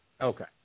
Okay